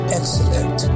excellent